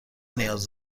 نیاز